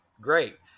great